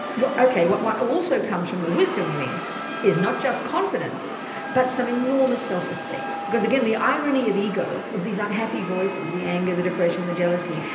okay, what what also comes from the wisdom wing is not just confidence but some enormous self-respect because again the irony of ego, of these unhappy voices, the anger, the depression, the jealousy,